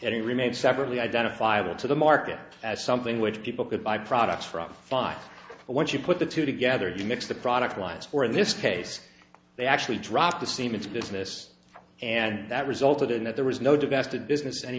and remained separately identifiable to the market as something which people could buy products from buy but once you put the two together you mix the product lines for this case they actually drop the scene it's business and that resulted in that there was no domestic business any